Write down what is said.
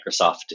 Microsoft